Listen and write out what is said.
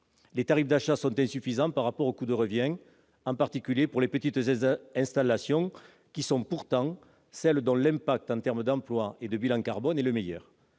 Les tarifs d'achat sont insuffisants par rapport aux coûts de revient, en particulier pour les petites installations, qui sont pourtant celles dont l'impact en matière d'emploi et de bilan carbone est le meilleur.